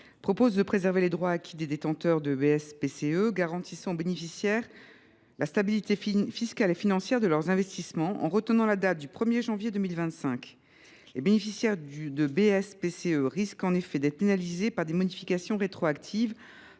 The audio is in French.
vise à préserver les droits acquis des détenteurs de BSPCE garantissant aux bénéficiaires la stabilité fiscale et financière de leurs investissements, en retenant la date du 1 janvier 2025. Les bénéficiaires de BSPCE risquent en effet d’être pénalisés par des modifications rétroactives,